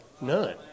None